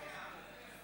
נוכח.